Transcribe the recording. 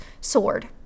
sword